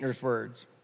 words